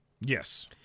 Yes